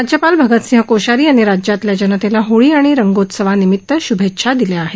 राज्यपाल भगतसिंह कोश्यारी यांनी राज्यातील जनतेला होळी आणि रंगोत्सवानिमित शुभेच्छा दिल्या आहेत